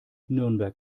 nürnberg